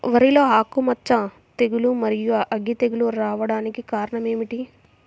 వరిలో ఆకుమచ్చ తెగులు, మరియు అగ్గి తెగులు రావడానికి కారణం ఏమిటి?